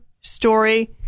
story